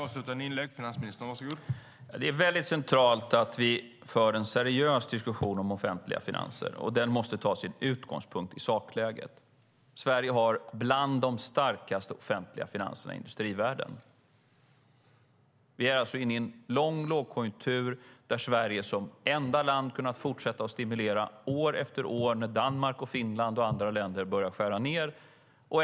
Herr talman! Det är mycket centralt att vi för en seriös diskussion om offentliga finanser. Den måste ta sin utgångspunkt i sakläget. Sverige har bland de starkaste offentliga finanserna i industrivärlden. Vi är alltså inne i en lång lågkonjunktur, där Sverige som enda land har kunnat fortsätta stimulera ekonomin när Danmark, Finland och andra länder har börjat skära ned.